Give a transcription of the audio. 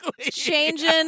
Changing